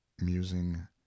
Musing